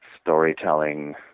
storytelling